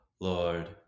Lord